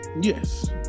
Yes